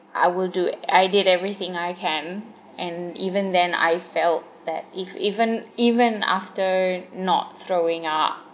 I will do I did everything I can and even then I felt that if even even after not throwing up